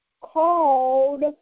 called